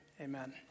amen